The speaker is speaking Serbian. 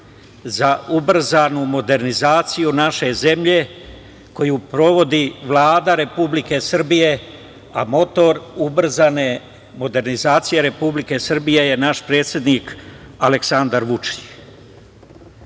za ubrzanu modernizaciju naše zemlje, koju provodi Vlada Republike Srbije, a motor ubrzane modernizacije Republike Srbije je naš predsednik Aleksandar Vučić. Pošto